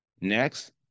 Next